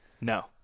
No